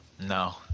No